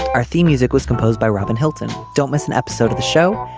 our theme music was composed by robin hilton. don't miss an episode of the show.